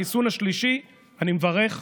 החיסון השלישי, אני מברך.